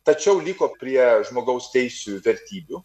tačiau liko prie žmogaus teisių vertybių